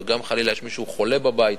וגם חלילה יש מישהו חולה בבית,